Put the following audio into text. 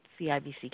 CIBC